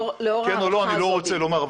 כן או לא אני לא רוצה לומר,